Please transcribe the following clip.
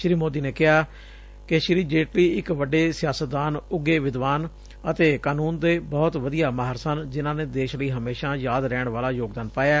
ਸ਼ੀ ਮੋਦੀ ਨੇ ਕਿਹੈ ਕਿ ਸ਼ੀ ਜੇਟਲੀ ਇੱਕ ਵੱਡੇ ਸਿਆਸਤਦਾਨਾਂ ਉੱਘੇ ਵਿਦਵਾਨਾਂ ਅਤੇ ਕਾਨੂੰਨ ਦੇ ਬਹੁਤ ਵਧੀਆ ਮਾਹਰ ਸਨ ਜਿਨੂਾਂ ਨੇ ਦੇਸ਼ ਲਈ ਹਮੇਸ਼ਾ ਯਾਦ ਰਹਿਣ ਵਾਲਾ ਯੋਗਦਾਨ ਪਾਇਐ